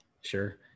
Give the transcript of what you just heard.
Sure